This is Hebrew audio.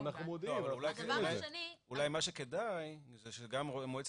הדבר השני -- אולי מה שכדאי זה שגם מועצת